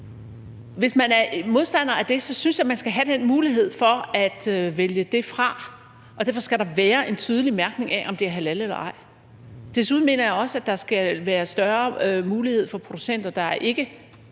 Hvis man er modstander af det, synes jeg man skal have muligheden for at vælge det fra, og derfor skal der være en tydelig mærkning af, om det er halal eller ej. Desuden mener jeg også, at der skal være større muligheder for producenter, der ikke